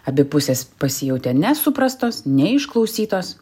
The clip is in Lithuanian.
abi pusės pasijautė nesuprastos neišklausytos